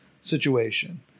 situation